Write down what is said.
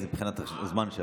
כי זה הזמן שלו.